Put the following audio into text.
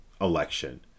election